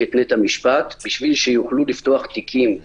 את בית המשפט כדי שיוכלו לפתוח תיקים מרחוק.